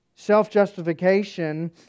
Self-justification